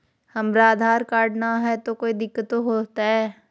हमरा आधार कार्ड न हय, तो कोइ दिकतो हो तय?